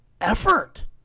effort